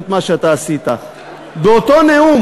לעשות את מה שאתה עשית: במה אתה הכי גאה ביום